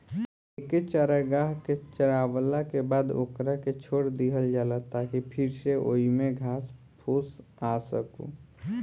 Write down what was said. एके चारागाह के चारावला के बाद ओकरा के छोड़ दीहल जाला ताकि फिर से ओइमे घास फूस आ सको